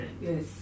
Yes